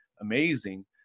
amazing